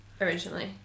originally